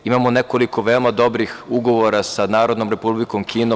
Imamo nekoliko veoma dobrih ugovora sa Narodnom Republikom Kinom.